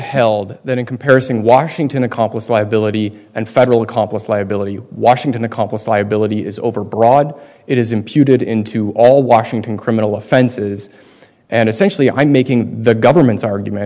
held that in comparison washington accomplice liability and federal accomplice liability washington accomplice liability is overbroad it is imputed into all washington criminal offenses and essentially i'm making the government's argument